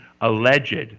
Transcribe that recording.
alleged